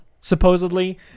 supposedly